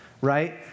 Right